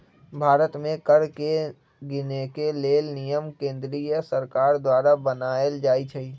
भारत में कर के गिनेके लेल नियम केंद्रीय सरकार द्वारा बनाएल जाइ छइ